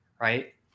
right